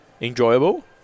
enjoyable